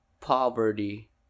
poverty